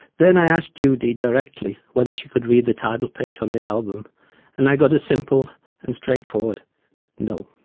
then i asked judy directly whether she could read the title page on the album and i got a simple and straightforward no.